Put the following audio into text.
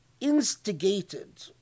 instigated